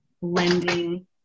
lending